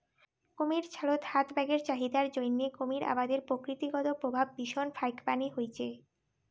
কুমীরের ছালত হাত ব্যাগের চাহিদার জইন্যে কুমীর আবাদের প্রকৃতিগত প্রভাব ভীষণ ফাইকবানী হইচে